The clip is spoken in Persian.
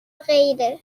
غیره